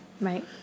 Right